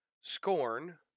Scorn